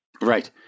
Right